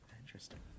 Interesting